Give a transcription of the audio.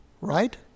Right